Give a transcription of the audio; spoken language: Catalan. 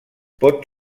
pot